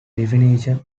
definition